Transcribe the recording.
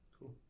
Cool